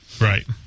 Right